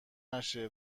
نشه